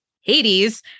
Hades